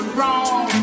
Wrong